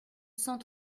cent